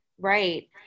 Right